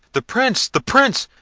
the prince! the prince!